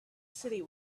city